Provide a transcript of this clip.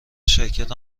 شرکت